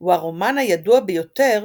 הוא הרומן הידוע ביותר